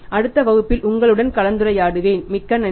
அடுத்த வகுப்பில் உங்களுடன் கலந்துரையாடுவேன் மிக்க நன்றி